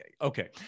okay